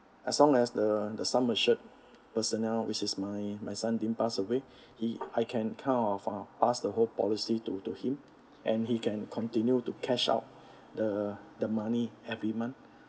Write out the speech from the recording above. as long as the the sum assured personnel which is my my son din pass away he I can kind of uh pass the whole policy to to him and he can continue to cash out the the money every month